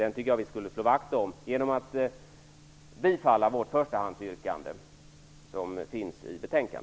Detta tycker jag att riksdagen borde slå vakt om genom att bifalla yrkande 1 i vår motion.